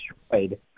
destroyed